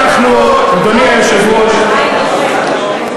אדוני היושב-ראש,